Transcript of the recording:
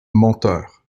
monteur